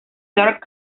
dark